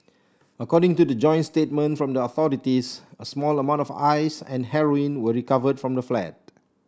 according to the joint statement from the authorities a small amount of Ice and heroin were recovered from the flat